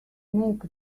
make